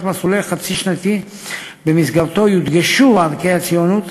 מסלול חצי-שנתי שבמסגרתו יודגשו ערכי הציונות